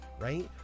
right